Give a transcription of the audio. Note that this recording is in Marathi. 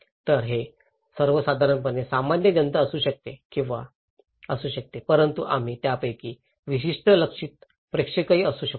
तर हे सर्वसाधारणपणे सामान्य जनता असू शकते परंतु आम्ही त्यापैकी विशिष्ट लक्ष्यित प्रेक्षकही असू शकतो